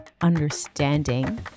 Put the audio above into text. understanding